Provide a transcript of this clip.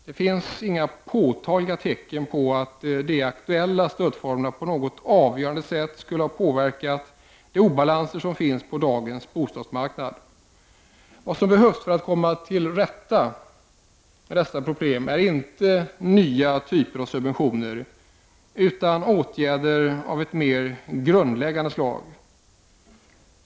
Det finns inga påtagliga tecken på att de aktuella stödformerna på något avgörande sätt skulle ha påverkat de obalanser som finns på dagens bostadsmarknad. Vad som behövs för att komma till rätta med dessa problem är inte nya typer av subventioner utan åtgärder av ett betydligt mera grundläggande slag.